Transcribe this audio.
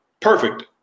perfect